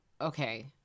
okay